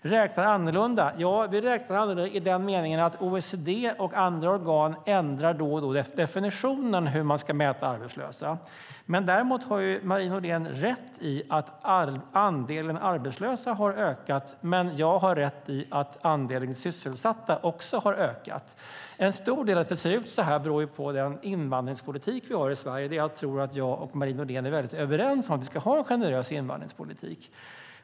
Vi räknar annorlunda - ja, vi räknar annorlunda i den meningen att OECD och andra organ då och då ändrar definitionen och hur man ska mäta arbetslösheten. Däremot har Marie Nordén rätt i att andelen arbetslösa har ökat, men jag har rätt i att andelen sysselsatta också har ökat. En stor del i att det ser ut så här är den invandringspolitik vi har i Sverige, och jag tror att Marie Nordén är helt överens om att vi ska ha en generös invandringspolitik.